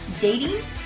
dating